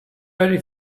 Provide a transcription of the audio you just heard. داری